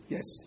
Yes